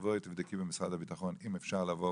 תבדקי במשרד הביטחון אם אפשר לבוא